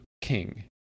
King